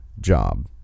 job